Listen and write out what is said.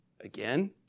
Again